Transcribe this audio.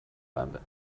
版本